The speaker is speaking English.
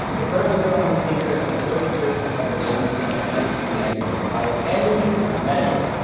the first with their own sneaker, and the first to grace the cover of rolling stone and spin magazine. by any measure,